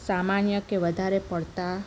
કે સામાન્ય કે વધારે પડતાં